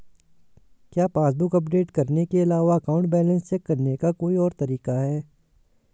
क्या passbook update करने के अलावा अकाउंट बैलेंस चेक करने का कोई और तरीका है?